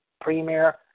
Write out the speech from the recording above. premier